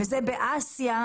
וזה באסיה,